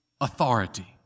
authority